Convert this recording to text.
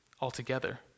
altogether